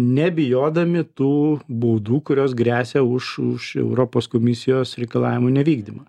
nebijodami tų baudų kurios gresia už už europos komisijos reikalavimų nevykdymą